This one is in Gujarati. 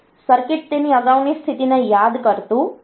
સર્કિટ તેની અગાઉની સ્થિતિને યાદ કરતું નથી